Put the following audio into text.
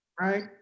right